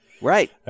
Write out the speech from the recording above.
Right